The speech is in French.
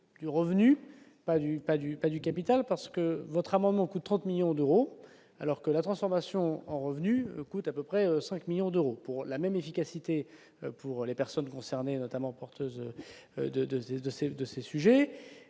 du pas du pas du capital parce que votre amendement coûte 30 millions d'euros, alors que la transformation en revenu coûte à peu près 5 millions d'euros pour la même efficacité pour les personnes concernées notamment porteuses de 2 de